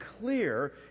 clear